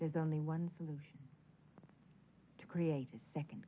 there's only one solution to create a second